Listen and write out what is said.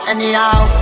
Anyhow